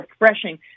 refreshing